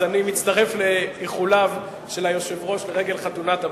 אז אני מצטרף לאיחוליו של היושב-ראש לרגל חתונת הבן,